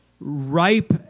ripe